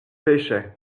pêchai